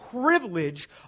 privilege